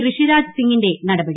ഋഷിരാജ് സിംഗിന്റെ നടപടി